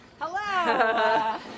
Hello